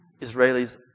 Israelis